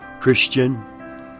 Christian